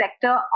sector